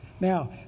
Now